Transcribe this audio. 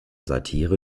satire